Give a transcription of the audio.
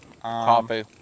Coffee